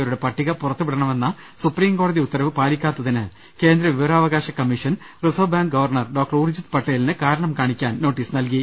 ത്തവരുടെ പട്ടിക പുറത്തുവിടണമെന്ന സുപ്രീം കോടതി ഉത്തരവ് പാലിക്കാത്ത തിന് കേന്ദ്ര വിവരാവകാശ commission reserve bank governor doctor Urjit പട്ടേലിന് കാരണം കാണിക്കാൻ നോട്ടീസ് നൽകി